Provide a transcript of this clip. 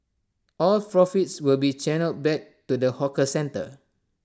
all profits will be channelled back to the hawker centre